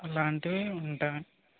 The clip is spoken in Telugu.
ఇలాంటివి ఉంటాయి